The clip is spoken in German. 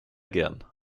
gern